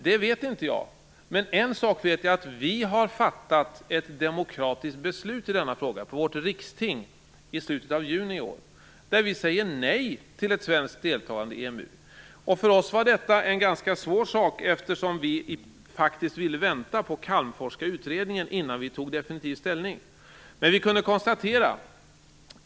Det vet inte jag. Men en sak vet jag: Vi kristdemokrater fattade på vårt riksting i slutet av juni i år ett demokratiskt beslut i denna fråga. Vi säger nej till ett svenskt deltagande i EMU. För oss var detta en ganska svår sak. Vi ville nämligen vänta på Calmforska utredningen för att först därefter definitivt ta ställning.